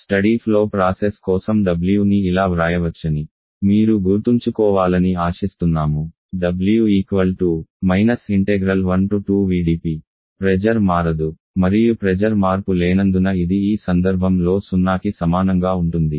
study flow process కోసం w ని ఇలా వ్రాయవచ్చని మీరు గుర్తుంచుకోవాలని ఆశిస్తున్నాము w 12vdp ప్రెజర్ మారదు మరియు ప్రెజర్ మార్పు లేనందున ఇది ఈ సందర్భం లో సున్నాకి సమానంగా ఉంటుంది